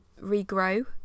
regrow